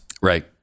Right